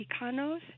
Mexicanos